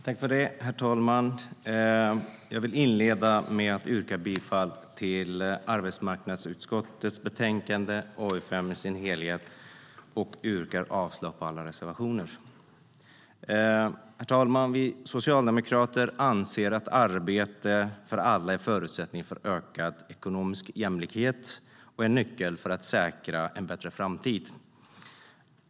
Herr talman! Jag vill inleda med att yrka bifall till utskottets förslag i arbetsmarknadsutskottets betänkande AU5 i sin helhet och yrka avslag på alla reservationer. Herr talman! Vi socialdemokrater anser att arbete för alla är förutsättningen för ökad ekonomisk jämlikhet och en nyckel för att säkra en bättre framtid.